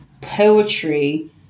poetry